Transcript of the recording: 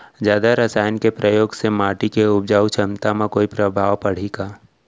जादा रसायन के प्रयोग से माटी के उपजाऊ क्षमता म कोई प्रभाव पड़ही का?